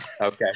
Okay